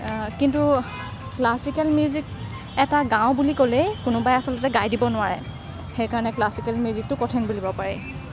কিন্তু classical music এটা গাওঁ বুলি ক'লেই কোনোবাই আচলতে গাই দিব নোৱাৰে সেইকাৰণে ক্লাছিকেল মিউজিকটো কঠিন বুলিব পাৰি